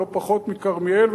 ולא פחות מבכרמיאל,